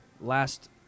last